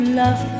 love